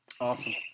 awesome